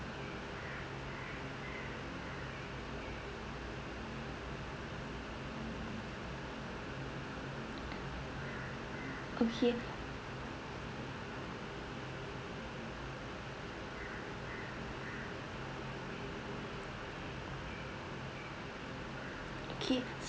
okay okay